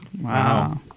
Wow